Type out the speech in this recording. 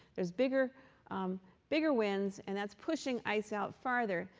there's bigger bigger winds, and that's pushing ice out farther.